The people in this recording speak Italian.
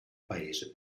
paese